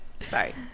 Sorry